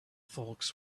folks